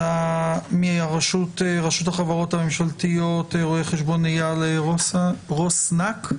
מהרשות החברות הממשלתיות רואה חשבון אייל רוסנק.